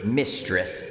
mistress